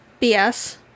BS